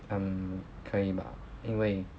um 可以吧因为